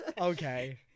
Okay